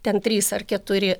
ten trys ar keturi